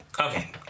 okay